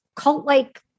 cult-like